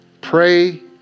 Pray